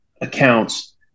accounts